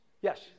Yes